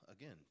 again